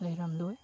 ꯂꯩꯔꯝꯂꯣꯏ